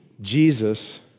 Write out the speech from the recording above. Jesus